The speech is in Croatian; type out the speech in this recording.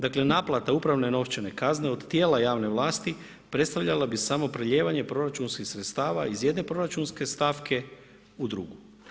Dakle, naplata upravne novčane kazne od tijela javne vlasti predstavljala bi samo prelijevanje proračunskih sredstava iz jedne proračunske stavke u drugu.